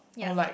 yup